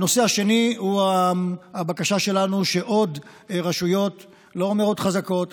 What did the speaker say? הנושא השני הוא הבקשה שלנו שעוד רשויות לא מאוד חזקות,